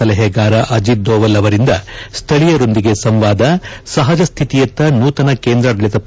ಸೆಲಹೆಗಾರ ಅಜಿತ್ ಧೊವಾಲ್ ಅವರಿಂದ ಸ್ತಳೀಯರೊಂದಿಗೆ ಸಂವಾದ ಸಹಜ ಸ್ತಿತಿಯತ್ತ ನೂತನ ಕೇಂದ್ರಾಡಳಿತ ಪ್ರದೇಶ